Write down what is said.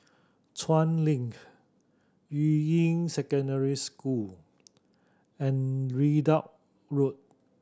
Chuan Link Yuying Secondary School and Ridout Road